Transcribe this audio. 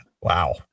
Wow